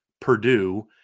Purdue